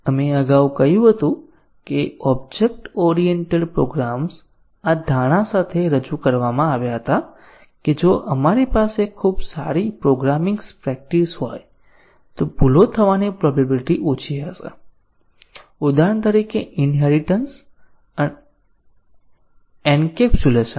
આપણે અગાઉ કહ્યું હતું કે ઓબ્જેક્ટ ઓરિએન્ટેડ પ્રોગ્રામ્સ આ ધારણા સાથે રજૂ કરવામાં આવ્યા હતા કે જો આપણી પાસે ખૂબ સારી પ્રોગ્રામિંગ પ્રેક્ટિસ હોય તો ભૂલો થવાની પ્રોબેબીલીટી ઓછી હશે ઉદાહરણ તરીકે ઇનહેરીટન્સ એન્કેપ્સુલેશન